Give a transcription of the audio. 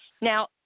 Now